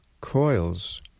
coils